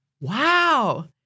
Wow